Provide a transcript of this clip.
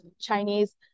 Chinese